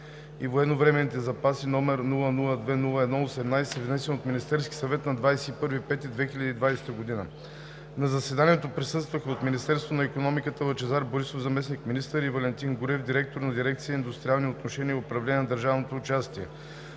и военновременните запаси, № 002-01-18, внесен от Министерския съвет на 21 май 2020 г. На заседанието присъстваха: от Министерство на икономиката Лъчезар Борисов – заместник-министър, и Валентин Груев – директор на дирекция ,,Индустриални отношения и управление на държавното участие“;